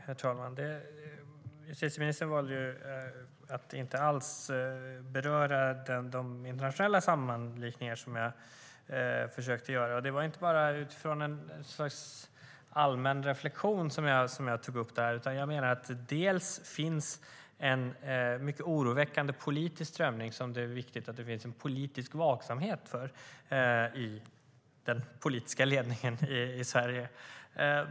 Herr talman! Justitieministern valde att inte alls beröra de internationella samband och liknelser som jag försökte göra. Det var inte bara utifrån något slags allmän reflexion som jag tog upp detta, utan jag menar att det finns en mycket oroväckande politisk strömning som det är viktigt att det finns en vaksamhet för i den politiska ledningen i Sverige.